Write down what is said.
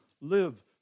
live